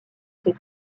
ces